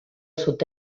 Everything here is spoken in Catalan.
sud